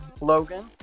Logan